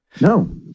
no